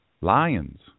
lions